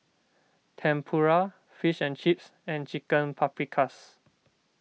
Tempura Fish and Chips and Chicken Paprikas